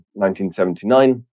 1979